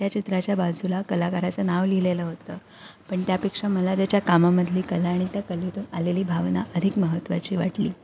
त्या चित्राच्या बाजूला कलाकाराचं नाव लिहिलेलं होतं पण त्यापेक्षा मला त्याच्या कामामधली कला आणि त्या कलेतून आलेली भावना अधिक महत्त्वाची वाटली